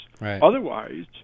Otherwise